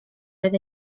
oedd